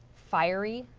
fiery,